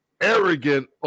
arrogant